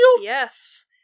Yes